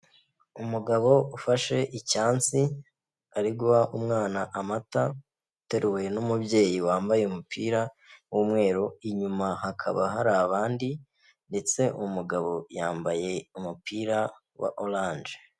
Umugabo ufashe icyansi, ari guha umwana amata, uteruwe n'umubyeyi wambaye umupira w'umweru, inyuma hakaba hari abandi ndetse umugabo yambaye umupira wa oranje.